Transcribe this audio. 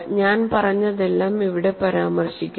ഞാൻ പറഞ്ഞതെല്ലാം ഇവിടെ പരാമർശിക്കുന്നു